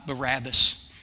Barabbas